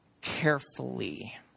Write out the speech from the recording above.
carefully